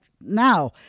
now